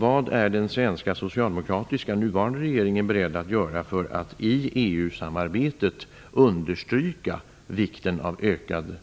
Vad är den svenska socialdemokratiska nuvarande regeringen beredd att göra för att i EU samarbetet understryka vikten av ökad